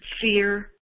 fear